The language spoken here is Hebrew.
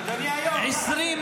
אדוני היו"ר, ככה זה.